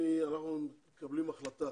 אנחנו מקבלים החלטה